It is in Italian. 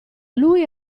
lui